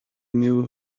knew